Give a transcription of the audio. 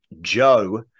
Joe